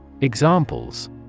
Examples